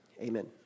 amen